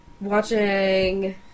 watching